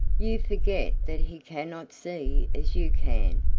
you forget that he cannot see as you can,